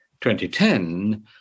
2010